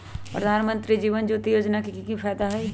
प्रधानमंत्री जीवन ज्योति योजना के की फायदा हई?